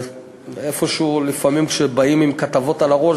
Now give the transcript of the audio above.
ואיפשהו לפעמים כשבאים עם כתבות על הראש,